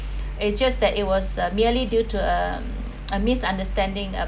it's just that it was uh merely due to a a misunderstanding a